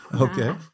Okay